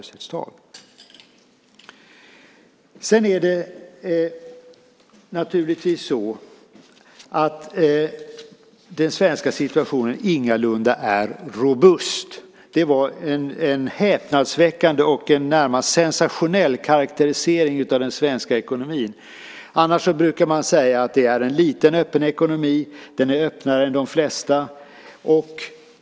Sedan är det naturligtvis så att den svenska situationen ingalunda är robust. Det var en häpnadsväckande och närmast sensationell karakterisering av den svenska ekonomin. Annars brukar man säga att det är en liten öppen ekonomi, att den är öppnare än de flesta.